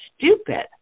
stupid